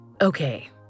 Okay